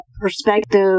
perspective